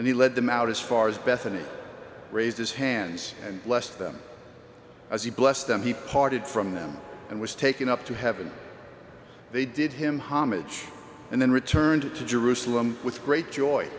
he led them out as far as bethany raised his hands and bless them as he blessed them he parted from them and was taken up to heaven they did him homage and then returned to jerusalem with great joy